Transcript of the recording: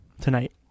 tonight